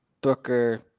Booker